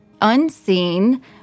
unseen